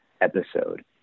episode